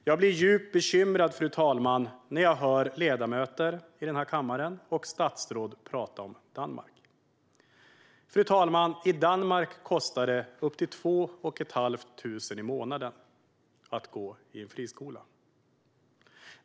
Jag blir djupt bekymrad när jag hör ledamöter och statsråd prata om Danmark i kammaren. I Danmark kostar det upp till två och ett halvt tusen i månaden att gå i en friskola.